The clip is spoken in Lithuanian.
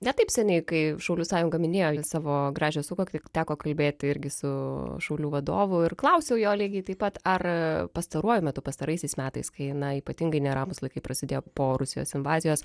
ne taip seniai kai šaulių sąjunga minėjo savo gražią sukaktį teko kalbėti irgi su šaulių vadovu ir klausiau jo lygiai taip pat ar pastaruoju metu pastaraisiais metais kaina ypatingai neramūs laikai prasidėjo po rusijos invazijos